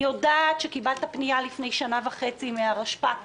יודעת שקיבלת פנייה לפני שנה וחצי מהרשפ"ת